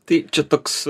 tai čia toks